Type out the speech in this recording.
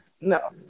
No